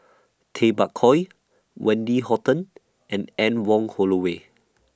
Tay Bak Koi Wendy Hutton and Anne Wong Holloway